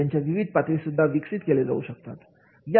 याच्या विविध पातळी सुद्धा विकसित केले जाऊ शकतात